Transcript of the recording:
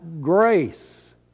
grace